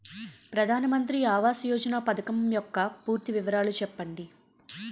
ప్రధాన మంత్రి ఆవాస్ యోజన పథకం యెక్క పూర్తి వివరాలు చెప్పండి?